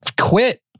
quit